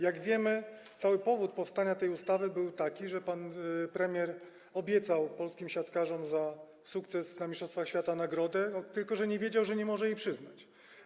Jak wiemy, powód powstania tej ustawy był taki, że pan premier obiecał polskim siatkarzom nagrodę za sukces na mistrzostwach świata, tylko że nie wiedział, że nie może jej przyznać.